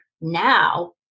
now